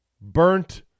Burnt